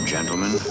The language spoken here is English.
Gentlemen